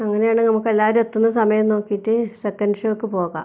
അങ്ങനെ ആണേൽ നമുക്ക് എല്ലാവരും എത്തുന്ന സമയം നോക്കിയിട്ട് സെക്കൻഡ് ഷോയ്ക്ക് പോകാം